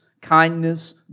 kindness